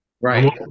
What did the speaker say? Right